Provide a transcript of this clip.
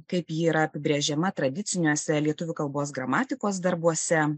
kaip ji yra apibrėžiama tradiciniuose lietuvių kalbos gramatikos darbuose